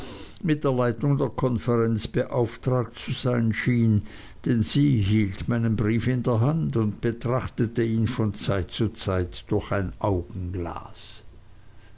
mit der leitung der konferenz beauftragt zu sein schien denn sie hielt meinen brief in der hand und betrachtete ihn von zeit zu zeit durch ein